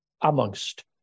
amongst